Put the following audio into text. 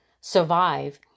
survive